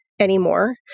anymore